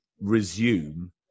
resume